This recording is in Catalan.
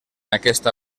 aquesta